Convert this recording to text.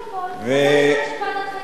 ועדת חקירה,